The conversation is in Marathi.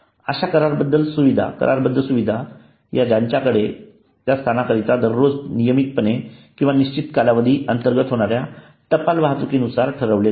अश्या करारबद्ध सुविधा या ज्यांच्याकडे त्या स्थानकाकरिता दररोज नियमितपणे किंवा निश्चित कालावधी अंतर्गत होणाऱ्या टपाल वाहतूकि नुसार ठरवल्या जातात